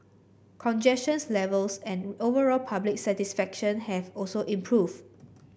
congestions levels and overall public satisfaction have also improved